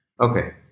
Okay